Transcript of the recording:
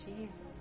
Jesus